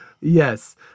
Yes